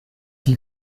die